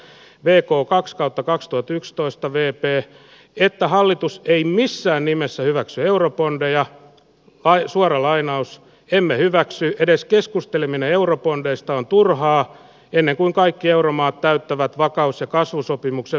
veikko kaks kato kakstuhatyksitoista veepee että hallitus ei missään nimessä hyväksy eurobondeja vain suora lainaus emme hyväksy edes keskusteleminen eurobondeista on turhaa ennen kuin kaikki euromaat täyttävät vakaus ja kasvusopimuksen